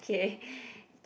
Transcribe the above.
okay